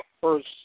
first